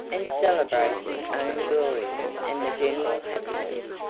and celebrate his own glory and the general happiness.